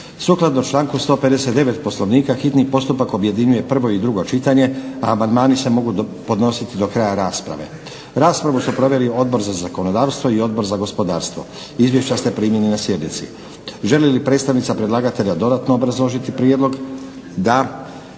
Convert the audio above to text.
Sukladno članku 159. Poslovnika hitni postupak objedinjuje prvo i drugo čitanje a amandmani se mogu podnositi do kraja rasprave. Raspravu su proveli Odbor za zakonodavstvo i Odbor za gospodarstvo. Izvješća ste primili na sjednici. Želi li predstavnica predlagatelja dodatno obrazložiti prijedlog. Da.